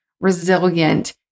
resilient